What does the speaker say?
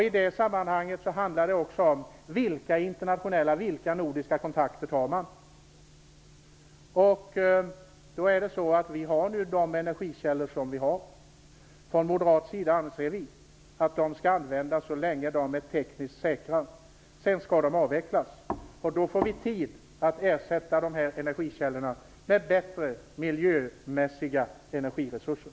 I det sammanhanget handlar det också om vilka internationella och nordiska kontakter man tar. Vi har de energikällor som vi har. Från moderat sida anser vi att de skall användas så länge de är tekniskt säkra. Sedan skall de avvecklas. Då får vi tid att ersätta dessa energikällor med miljömässigt bättre energiresurser.